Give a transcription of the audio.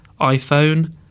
iPhone